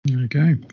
okay